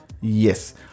Yes